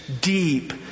deep